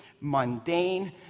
mundane